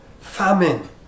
famine